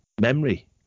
memory